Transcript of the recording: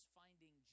finding